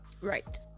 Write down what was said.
Right